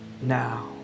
now